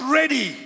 ready